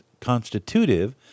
constitutive